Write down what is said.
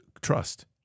trust